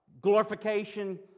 Glorification